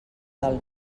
del